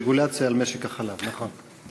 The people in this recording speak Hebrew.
רגולציה על משק החלב, נכון.